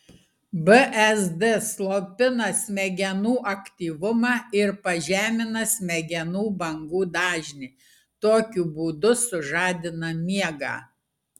bzd slopina smegenų aktyvumą ir pažemina smegenų bangų dažnį tokiu būdu sužadina miegą